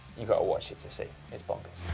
you've got to watch it to see. it's bonkers.